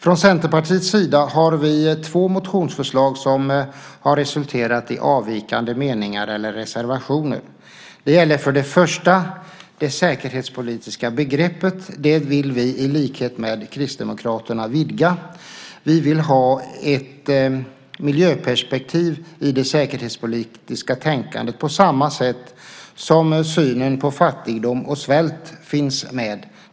Från Centerpartiets sida har vi två motionsförslag som har resulterat i avvikande meningar eller reservationer. Det gäller för det första det säkerhetspolitiska begreppet. Det vill vi, i likhet med Kristdemokraterna, vidga. Vi vill ha in ett miljöperspektiv i det säkerhetspolitiska tänkandet, på samma sätt som synen på fattigdom och svält finns med.